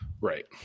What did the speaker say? Right